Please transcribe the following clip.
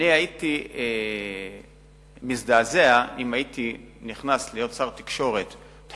הייתי מזדעזע אם הייתי נכנס להיות שר התקשורת ומתחיל